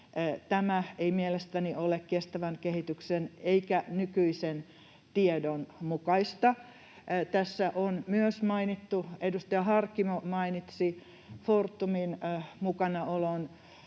Tämä ei mielestäni ole kestävän kehityksen eikä nykyisen tiedon mukaista. Tässä on myös mainittu, edustaja Harkimo mainitsi, Fortumin